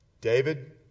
David